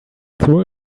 threw